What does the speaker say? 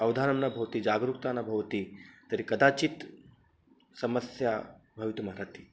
अवधानं न भवति जागरूकता न भवति तर्हि कदाचित् समस्या भवितुमर्हति